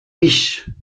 riche